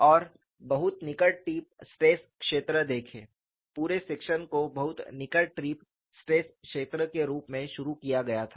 और बहुत निकट टिप स्ट्रेस क्षेत्र देखें पूरे सेक्शन को बहुत निकट टिप स्ट्रेस क्षेत्र के रूप में शुरू किया गया था